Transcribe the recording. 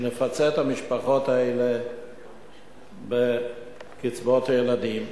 נפצה את המשפחות האלה בקצבאות הילדים,